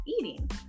eating